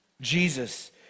Jesus